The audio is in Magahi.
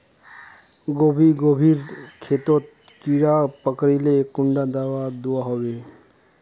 गोभी गोभिर खेतोत कीड़ा पकरिले कुंडा दाबा दुआहोबे?